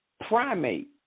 primate